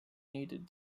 needed